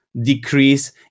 decrease